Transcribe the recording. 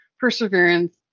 perseverance